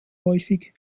häufig